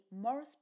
more